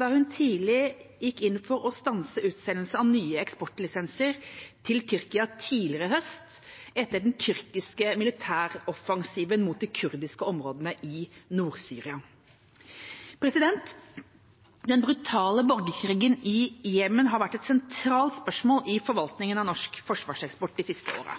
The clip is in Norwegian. da hun tidlig gikk inn for å stanse utsendelse av nye eksportlisenser til Tyrkia tidligere i høst, etter den tyrkiske militæroffensiven mot de kurdiske områdene i Nord-Syria. Den brutale borgerkrigen i Jemen har vært et sentralt spørsmål i forvaltningen av norsk forsvarseksport de siste